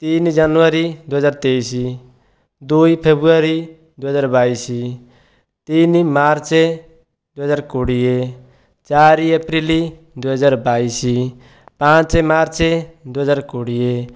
ତିନି ଜାନୁୟାରୀ ଦୁଇହଜାର ତେଇଶ ଦୁଇ ଫେବୃୟାରୀ ଦୁଇହଜାର ବାଇଶ ତିନି ମାର୍ଚ୍ଚ ଦୁଇହଜାର କୋଡ଼ିଏ ଚାରି ଏପ୍ରିଲ ଦୁଇହଜାର ବାଇଶ ପାଞ୍ଚ ମାର୍ଚ୍ଚ ଦୁଇହଜାର କୋଡ଼ିଏ